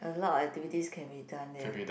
a lot of activities can be done there